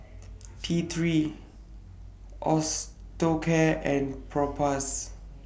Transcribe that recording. T three Osteocare and Propass